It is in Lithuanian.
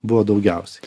buvo daugiausiai